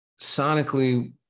sonically